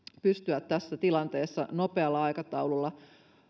pystyä tässä tilanteessa nopealla aikataululla